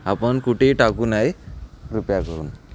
आपण कुठेही टाकू नये कृपया करून